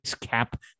cap